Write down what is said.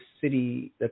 city